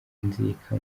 inzika